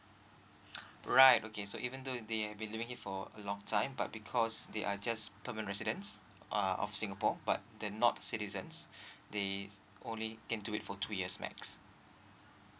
right okay so even though they have been living here for a long time but because they are just permanent residents uh of singapore but they're not citizens they only can do it for two years max